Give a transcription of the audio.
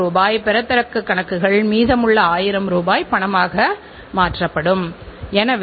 நாம் வாடிக்கையாளருக்கு வழங்கும் அந்த தயாரிப்பின் தரம் அல்லது மதிப்பு என்ன